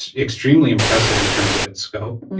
extremely impressive in terms of its scope,